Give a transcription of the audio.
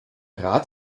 rat